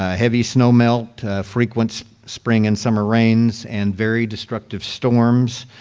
ah heavy snow melt, frequent spring and summer rains, and very destructive storms.